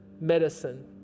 medicine